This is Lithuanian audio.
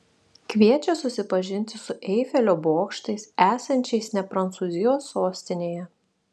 kviečia susipažinti su eifelio bokštais esančiais ne prancūzijos sostinėje